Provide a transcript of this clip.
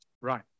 Right